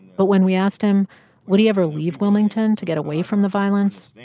but when we asked him would he ever leave wilmington to get away from the violence,